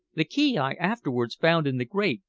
the key i afterwards found in the grate,